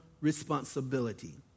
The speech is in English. responsibility